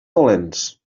dolents